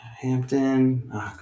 Hampton